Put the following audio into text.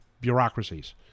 bureaucracies